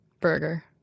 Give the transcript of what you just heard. burger